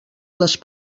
les